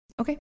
Okay